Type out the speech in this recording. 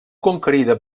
conquerida